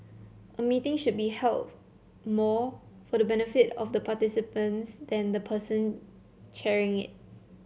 a meeting should be held more for the benefit of the participants than the person chairing it